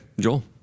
Joel